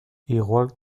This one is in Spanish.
igual